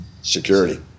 Security